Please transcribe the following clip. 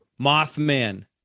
Mothman